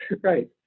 Right